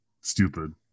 stupid